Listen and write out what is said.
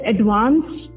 Advanced